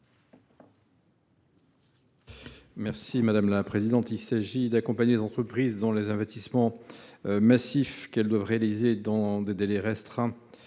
Capo Canellas. Il s’agit d’accompagner les entreprises dans les investissements massifs qu’elles doivent réaliser dans des délais restreints